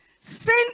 Sin